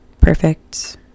perfect